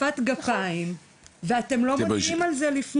אני אתייחס גם לזה.